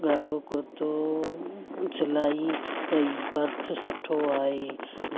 ॻाढ़ो कुर्तो सिलाई कई ख़र्चु सुठो आयुई